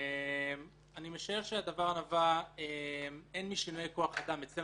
אני משער שהדבר נבע הן משינויי כוח-אדם אצלנו